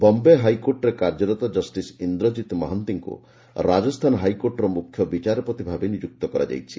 ବୟେ ହାଇକୋର୍ଟରେ କାର୍ଯ୍ୟରତ ଜଷିସ୍ ଇନ୍ଦ୍ରକିତ୍ ମହାନ୍ତିଙ୍କୁ ରାଜସ୍ଥାନ ହାଇକୋର୍ଟର ମୁଖ୍ୟ ବିଚାରପତି ଭାବେ ନିଯୁକ୍ତ କରାଯାଇଛି